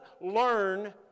learn